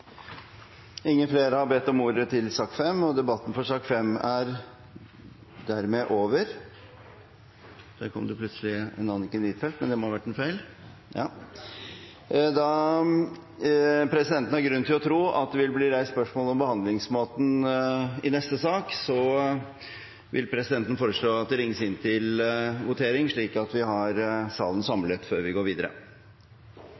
ingen skal utelates – «leave no one behind» – og at man skal forsøke å nå dem som er mest marginalisert, først, slik at alle kan ta del i utviklingen. Flere har ikke bedt om ordet til sak nr. 5. Presidenten har grunn til å tro at det vil bli reist spørsmål om behandlingsmåten i neste sak, så presidenten vil foreslå at det ringes inn til votering, slik at vi har salen